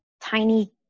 tiny